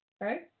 right